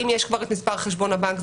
אם יש כבר את מספר חשבון הבנק,